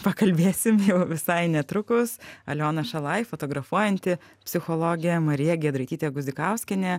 pakalbėsim jau visai netrukus aliona šalaj fotografuojanti psichologė marija giedraitytė guzikauskienė